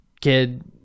kid